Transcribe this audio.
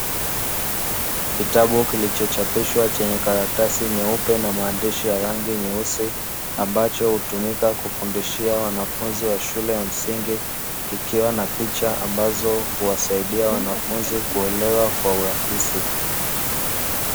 Kitabu kilichochapishwa chenye karatasi nyeupe na maandishi ya rangi nyeusi ambacho hutumika kufundishia wanafunzi wa shule ya msingi kikiwa na picha ambazo huwasaidia wanafunzi kuelewa kwa urahisi.